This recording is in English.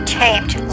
taped